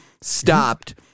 stopped